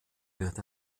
wird